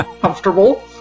comfortable